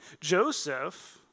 Joseph